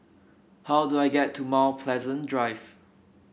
how do I get to Mount Pleasant Drive